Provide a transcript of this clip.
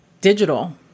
digital